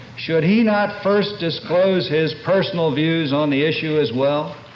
should he not first disclose his personal views on the issue as well?